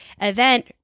event